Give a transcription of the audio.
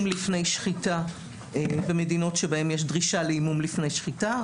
לפני שחיטה במדינות בהן יש דרישה להימום לפני שחיטה.